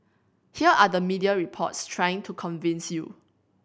here are the media reports trying to convince you